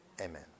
Amen